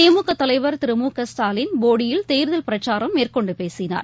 திமுகதலைவர் திரு மு க ஸ்டாலின் போடியில் தேர்தல் பிரச்சாரம் மேற்கொண்டுபேசினார்